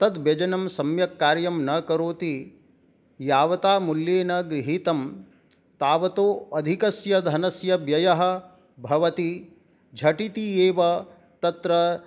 तद् व्यजनं सम्यक् कार्यं न करोति यावता मूल्येन गृहीतं तावतः अधिकस्य धनस्य व्ययः भवति झटिति एव तत्र